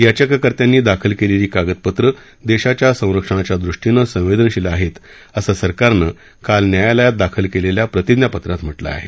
याचिकाकर्त्यांनी दाखल केलेली कागदपत्रं देशाच्या संरक्षणाच्या दृष्टीनं संवेदनशील आहेत असं सरकारनं काल न्यायालयात दाखल केलेल्या प्रतिज्ञा पत्रात म्हटलं आहे